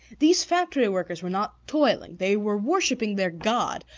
these factory workers were not toiling they were worshipping their god,